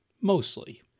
mostly